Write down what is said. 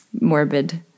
morbid